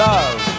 Love